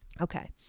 Okay